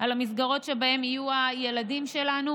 על המסגרות שבהן יהיו הילדים שלנו,